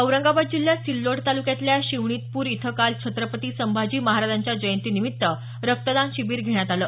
औरंगाबाद जिल्ह्यात सिल्लोड तालुक्यातल्या शिवणीतपूर इथं काल छत्रपती संभाजी महाराजांच्या जयंती निमित्त रक्तदान शिबीर घेण्यात आलं